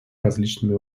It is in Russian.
различными